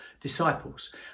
disciples